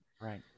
Right